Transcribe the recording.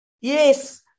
Yes